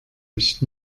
nicht